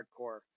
hardcore